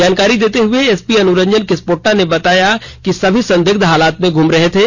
जानकारी देते हुए एसपी अनुरंजन किसपोट्टा ने बताया कि यह सभी संदिग्ध हालत में घूम रहे थे